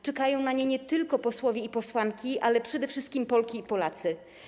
Czekają na nie nie tylko posłowie i posłanki, ale przede wszystkim Polki i Polacy.